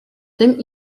tym